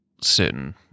certain